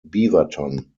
beaverton